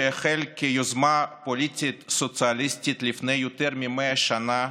שהחל כיוזמה פוליטית סוציאליסטית לפני יותר מ-100 שנה,